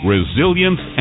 Resilience